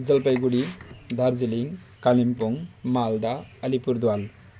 Jalpaiguri Darjeeling Kalimpong Malda Alipurduar